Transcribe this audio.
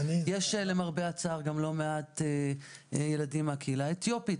יש למרבה הצער גם לא מעט ילדים מהקהילה האתיופית.